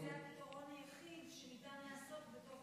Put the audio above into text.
האם זה הפתרון היחיד שניתן לעשות בתוך